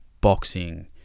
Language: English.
boxing